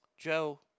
Joe